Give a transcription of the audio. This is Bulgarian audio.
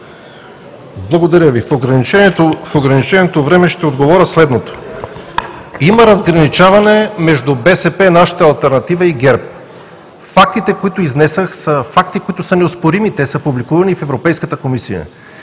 Благодаря Ви. В ограниченото време ще отговоря следното: има разграничаване между БСП, нашата алтернатива и ГЕРБ. Фактите, които изнесох, са факти, които са неоспорими и са публикувани в Европейската комисия.